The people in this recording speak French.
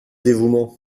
dévouement